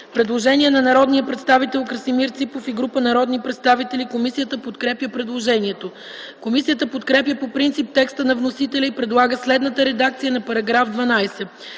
Предложение на народния представител Красимир Ципов и група народни представители. Комисията подкрепя предложението. Комисията подкрепя по принцип текста на вносителя и предлага следната редакция на § 12: „§ 12.